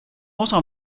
osa